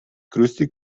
größte